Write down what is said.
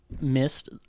missed